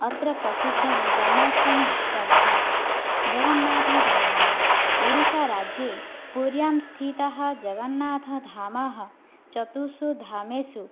अत्र प्रसिद्धं जन्माष्टमी उत्सवः जगन्नाथधाम ओडिसाराज्ये पुर्यां स्थितः जगन्नाथधाम चतुर्षु धामसु